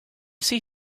see